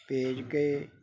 ਭੇਜ ਕੇ